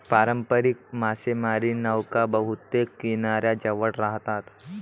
पारंपारिक मासेमारी नौका बहुतेक किनाऱ्याजवळ राहतात